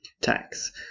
tax